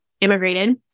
immigrated